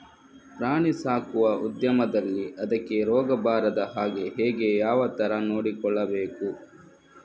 ಪ್ರಾಣಿ ಸಾಕುವ ಉದ್ಯಮದಲ್ಲಿ ಅದಕ್ಕೆ ರೋಗ ಬಾರದ ಹಾಗೆ ಹೇಗೆ ಯಾವ ತರ ನೋಡಿಕೊಳ್ಳಬೇಕು?